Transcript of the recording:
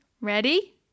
Ready